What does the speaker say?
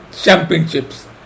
championships